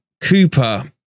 Cooper